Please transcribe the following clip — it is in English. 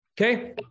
Okay